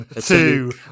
Two